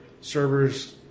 servers